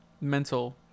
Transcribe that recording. mental